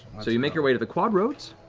so you make your way to the quadroads.